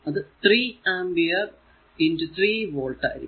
അത് 3 ampere into 3 volt ആയിരിക്കും